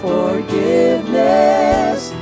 Forgiveness